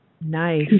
nice